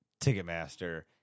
Ticketmaster